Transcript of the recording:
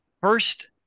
first